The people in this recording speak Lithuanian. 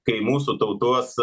kai mūsų tautos